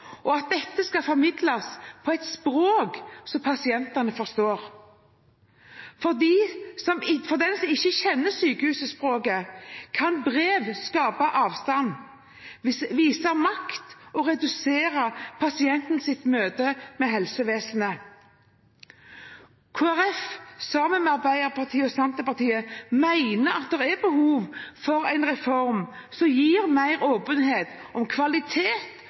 og at dette skal formidles på et språk som pasientene forstår. For den som ikke kjenner sykehusspråket, kan brev skape avstand, vise makt og redusere pasientens møte med helsevesenet. Kristelig Folkeparti, Arbeiderpartiet og Senterpartiet mener at det er behov for en reform som gir mer åpenhet om kvalitet